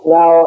Now